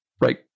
right